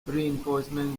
reinforcements